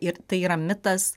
ir tai yra mitas